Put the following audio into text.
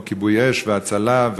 כמו כיבוי אש והצלה,